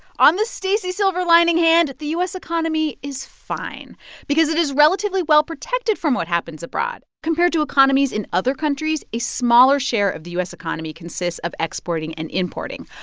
on the stacey silver lining hand, the u s. economy is fine because it is relatively well protected from what happens abroad. compared to economies in other countries, a smaller share of the u s. economy consists of exporting and importing.